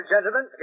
gentlemen